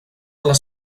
les